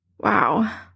Wow